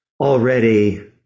already